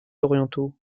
orientaux